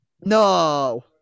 No